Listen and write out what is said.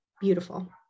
beautiful